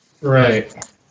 Right